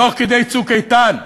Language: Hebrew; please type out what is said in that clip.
תוך כדי "צוק איתן",